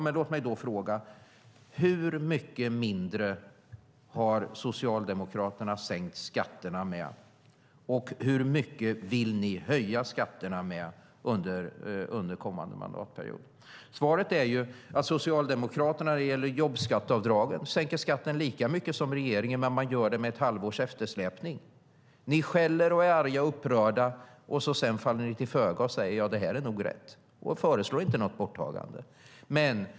Men låt mig då fråga: Hur mycket mindre har Socialdemokraterna sänkt skatterna med? Och hur mycket vill ni höja skatterna med under kommande mandatperiod? Svaret är att Socialdemokraterna när det gäller jobbskatteavdraget sänker skatten lika mycket som regeringen, men med ett halvårs eftersläpning. Ni skäller och är arga och upprörda. Sedan faller ni till föga, säger att det nog är rätt och föreslår inte något borttagande.